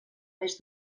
més